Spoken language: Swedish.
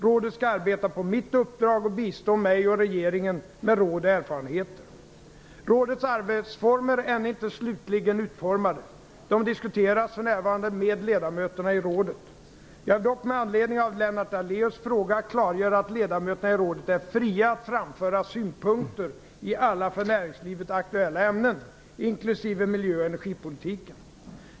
Rådet skall arbeta på mitt uppdrag och bistå mig och regeringen med råd och erfarenheter. Rådets arbetsformer är ännu inte slutligen utformade. De diskuteras för närvarande med ledamöterna i rådet. Jag vill dock med anledning av Lennart Daléus fråga klargöra att ledamöterna i rådet är fria att framföra synpunkter i alla för näringslivet aktuella ämnen, inklusive miljö och energipolitiken.